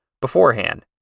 beforehand